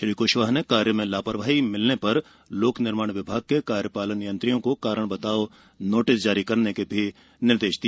श्री क्शवाह ने कार्य में लापरवाही मिलने पर लोक निर्माण विभाग के कार्यपालन यंत्रियों को कारण बताओ नोटिस जारी करने के निर्देश भी दिए